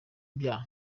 ibyaha